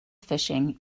fishing